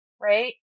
right